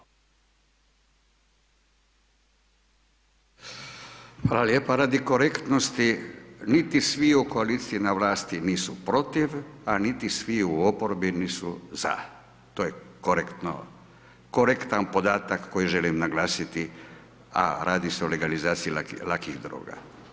Hvala lijepa, radi korektnosti niti svi u koaliciji na vlasti nisu protiv, a niti svi u oporbi nisu za, to je korektno, korektan podatak koji želim naglasiti, a radi se o legalizaciji lakih droga.